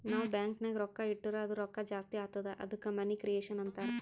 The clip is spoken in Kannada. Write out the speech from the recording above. ನಾವ್ ಬ್ಯಾಂಕ್ ನಾಗ್ ರೊಕ್ಕಾ ಇಟ್ಟುರ್ ಅದು ರೊಕ್ಕಾ ಜಾಸ್ತಿ ಆತ್ತುದ ಅದ್ದುಕ ಮನಿ ಕ್ರಿಯೇಷನ್ ಅಂತಾರ್